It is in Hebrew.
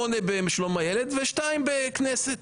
8 בשלום הילד ו-2 בכנסת.